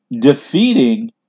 defeating